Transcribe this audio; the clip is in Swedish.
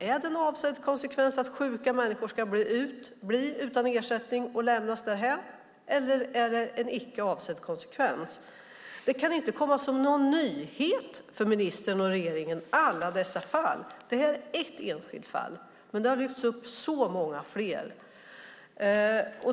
Är det en avsedd konsekvens att sjuka människor ska bli utan ersättning och lämnas därhän eller är det en icke avsedd konsekvens? Alla dessa fall kan inte komma som någon nyhet för ministern och regeringen. Det här är ett enskilt fall, men det har dykt upp så många fler.